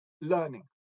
learning